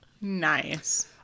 Nice